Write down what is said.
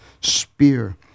spear